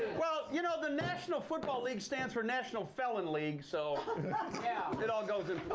well, you know, the national football league stands for national felon league, so yeah it all goes in.